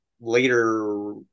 later